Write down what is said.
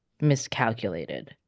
miscalculated